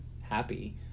happy